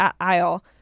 aisle